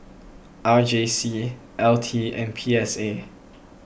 R J C L T and P S A